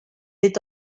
est